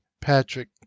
Patrick